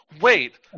wait